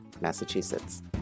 Massachusetts